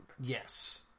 Yes